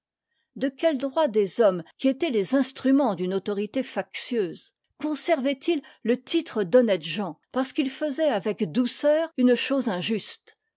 de quel droit des hommes qui étaient les instruments d'une autorité factieuse conservaient ils le titre d'honnêtes gens parce qu'ils faisaient avec douceur une chose injuste